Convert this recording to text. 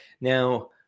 Now